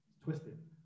twisted